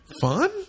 fun